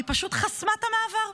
היא פשוט חסמה את המעבר.